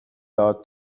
داد